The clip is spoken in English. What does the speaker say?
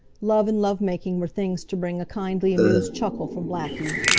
love and love-making were things to bring a kindly, amused chuckle from blackie.